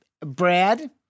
Brad